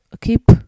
keep